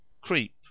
Creep